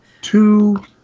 Two